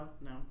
no